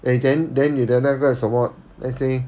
eh then then 你的那个什么 let's say